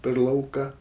per lauką